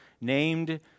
named